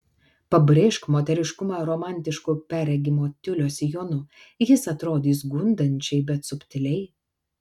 pabrėžk moteriškumą romantišku perregimo tiulio sijonu jis atrodys gundančiai bet subtiliai